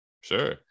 sure